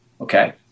Okay